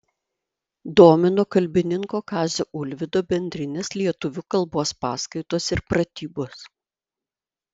domino kalbininko kazio ulvydo bendrinės lietuvių kalbos paskaitos ir pratybos